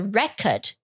record